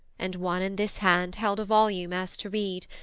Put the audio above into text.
and one in this hand held a volume as to read,